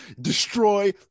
destroy